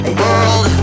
world